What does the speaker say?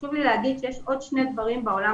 חשוב לי לומר שיש עוד שני דברים בעולם